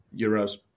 euros